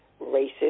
racist